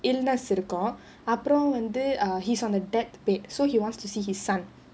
illness இருக்கும் அப்புறம் வந்து:irukkum appuram vanthu err he's on the death bed so he wants to see his son